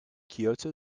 kyoto